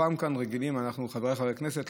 חברי הכנסת,